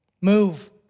Move